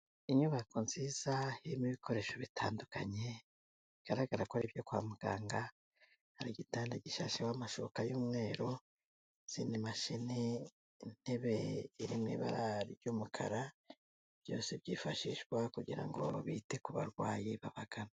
Inyubako nziza irimo ibikoresho bitandukanye, bigaragara ko ari ibyo kwa muganga, hari igitanda gishasheho amashuka y'umweru, izindi mashini, intebe irimo ibara ry'umukara, byose byifashishwa kugira ngo bite ku barwayi babagana.